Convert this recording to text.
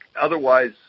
otherwise